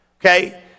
Okay